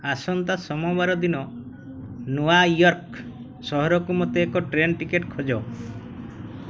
ଆସନ୍ତା ସୋମବାର ଦିନ ନିୟୁୟର୍କ ସହରକୁ ମୋତେ ଏକ ଟ୍ରେନ୍ ଟିକେଟ୍ ଖୋଜ